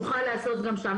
נוכל לעשות גם שם.